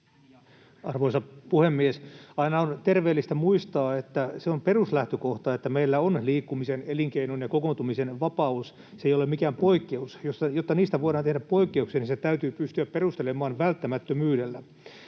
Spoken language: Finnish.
Arvoisa puhemies! Aina on terveellistä muistaa, että se on peruslähtökohta, että meillä on liikkumisen, elinkeinon ja kokoontumisen vapaus. Se ei ole mikään poikkeus. Jotta niistä voidaan tehdä poikkeuksia, niin se täytyy pystyä perustelemaan välttämättömyydellä.